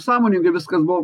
sąmoningai viskas buvo